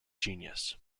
genius